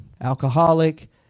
Alcoholic